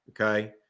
okay